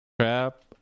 trap